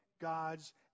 God's